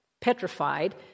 petrified